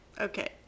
Okay